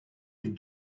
les